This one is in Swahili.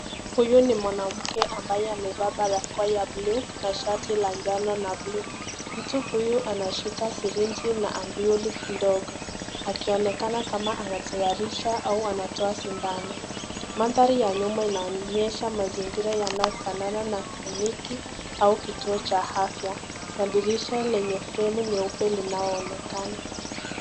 Huyu ni mwanamke ambaye amevaa barakoa ya bluu na shati la jano na bluu ,mtu huyu anashika sireji na (cs)ambulic(cs) ndogo akionekana kama anatayarisha au anatoa sidano. Mandhali ya nyuma inaonyesha mazingira yanayofanana na kliniki au kituo cha afya na dirisha lenye flemu nyeupe linaonekana.